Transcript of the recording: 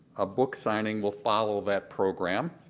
a book signing will follow that program.